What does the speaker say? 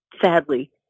sadly